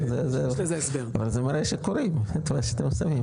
אבל זה מראה שקוראים את מה שאתם שמים.